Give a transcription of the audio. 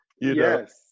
Yes